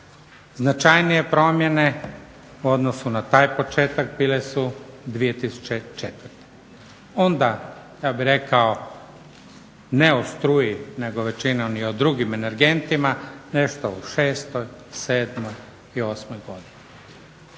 Značajnije promjene u odnosu na taj početak bile su 2004., onda ja bih rekao ne o struji nego većinom i o drugim energentima nešto u '06., '07. i '08. godini.